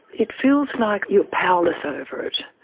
it feels like you are powerless over it,